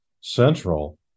Central